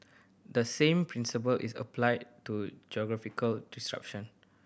the same principle is applied to geographical distribution